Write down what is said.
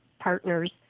partners